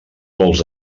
pols